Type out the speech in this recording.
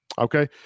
Okay